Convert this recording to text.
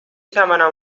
توانم